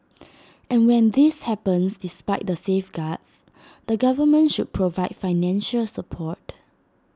and when this happens despite the safeguards the government should provide financial support